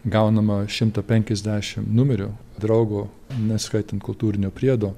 gaunama šimtą penkiasdešim numerių draugo neskaitant kultūrinio priedo